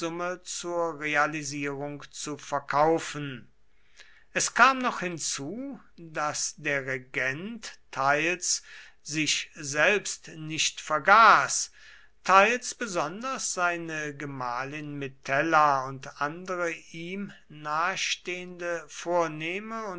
zur realisierung zu verkaufen es kam noch hinzu daß der regent teils sich selbst nicht vergaß teils besonders seine gemahlin metella und andere ihm nahestehende vornehme